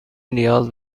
نیاز